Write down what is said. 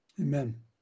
Amen